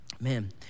Man